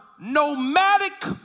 nomadic